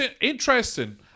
interesting